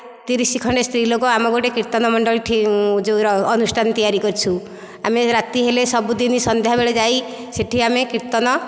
ତିରିଶ ଖଣ୍ଡେ ସ୍ତ୍ରୀ ଲୋକ ଆମେ ଗୋଟେ କୀର୍ତ୍ତନ ମଣ୍ଡଳୀ ଠି ଯେଉଁ ଅନୁଷ୍ଠାନ ତିଆରି କରିଛୁ ଆମେ ରାତି ହେଲେ ସବୁଦିନ ସନ୍ଧ୍ୟା ବେଳେ ଯାଇ ସେଠି ଆମେ କୀର୍ତ୍ତନ